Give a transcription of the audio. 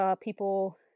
people